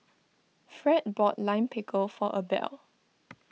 Fred bought Lime Pickle for Abel